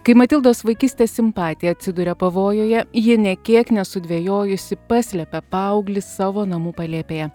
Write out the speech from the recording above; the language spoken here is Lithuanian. kai matildos vaikystės simpatija atsiduria pavojuje ji nė kiek nesudvejojusi paslepia paauglį savo namų palėpėje